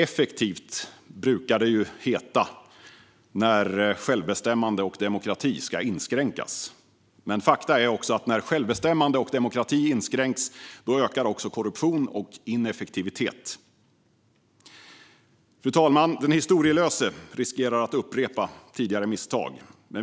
"Effektivt" brukar det ju heta när självbestämmande och demokrati ska inskränkas. Men fakta är också att när självbestämmande och demokrati inskränks ökar korruption och ineffektivitet. Fru talman! Den historielöse riskerar att upprepa tidigare misstag.